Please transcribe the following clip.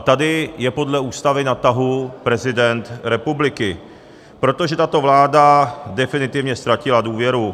Tady je podle Ústavy na tahu prezident republiky, protože tato vláda definitivně ztratila důvěru.